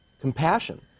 Compassion